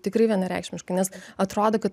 tikrai vienareikšmiškai nes atrodo kad